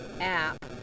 app